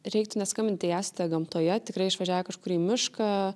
reiktų neskambint jei esate gamtoje tikrai išvažiavę kažkur į mišką